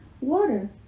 Water